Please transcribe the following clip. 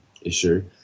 issue